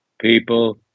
people